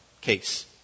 case